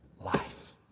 life